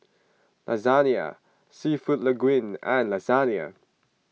Lasagne Seafood Linguine and Lasagne